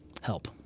help